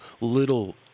little